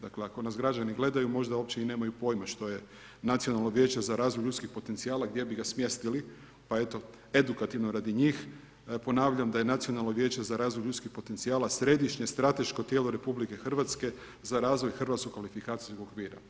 Dakle ako nas građani gledaju možda uopće nemaju pojma što je Nacionalno vijeće za razvoj ljudskih potencijala i gdje bi ga smjestili, pa eto edukativno radi njih ponavljam da je Nacionalno vijeće za razvoj ljudskih potencijala središnje strateško tijelo RH za razvoj Hrvatskog kvalifikacijskog okvira.